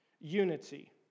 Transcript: unity